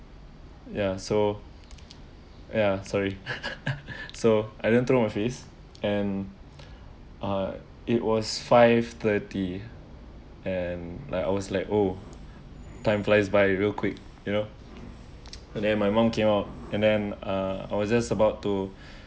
ya so ya sorry so I don't throw my face and uh it was five-thirty and like I was like oh time flies by real quick you know and then my mom came out and then uh I was just about to